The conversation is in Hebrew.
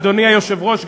אדוני היושב-ראש,